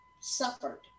suffered